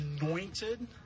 anointed